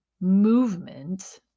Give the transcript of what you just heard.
movement